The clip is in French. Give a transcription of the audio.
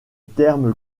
terme